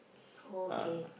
oh okay